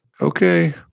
Okay